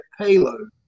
payload